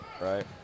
right